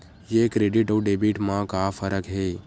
ये क्रेडिट आऊ डेबिट मा का फरक है?